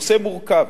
נושא מורכב,